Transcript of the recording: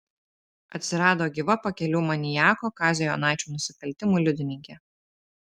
atsirado gyva pakelių maniako kazio jonaičio nusikaltimų liudininkė